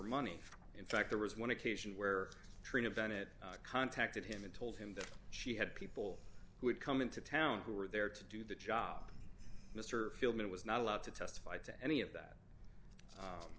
money in fact there was one occasion where trina venet contacted him and told him that she had people who had come into town who were there to do the job mr philbin was not allowed to testify to any of that